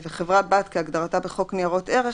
חברה בת כהגדרתה בחוק ניירות ערך,